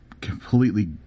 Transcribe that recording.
completely